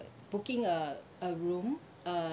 booking a a room a